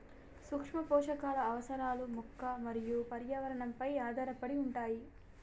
సూక్ష్మపోషకాల అవసరాలు మొక్క మరియు పర్యావరణంపై ఆధారపడి ఉంటాయి